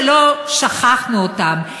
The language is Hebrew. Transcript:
שלא שכחנו אותם,